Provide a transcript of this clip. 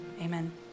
Amen